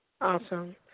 Awesome